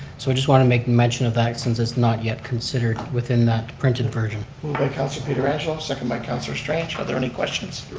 so i just want to make mention of that since it's not yet considered within that printed version. moved by councilor pietrangelo, second by councilor strange. are there any questions?